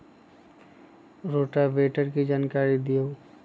Rotavator के जानकारी दिआउ?